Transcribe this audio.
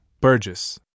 Burgess